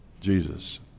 Jesus